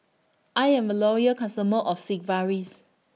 I'm A Loyal customer of Sigvaris